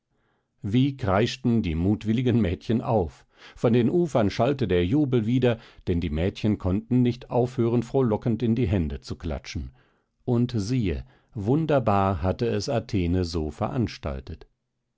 wie kreischten die mutwilligen mädchen auf von den ufern schallte der jubel wieder denn die mädchen konnten nicht aufhören frohlockend in die hände zu klatschen und siehe wunderbar hatte es athene so veranstaltet